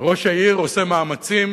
וראש העיר עושה מאמצים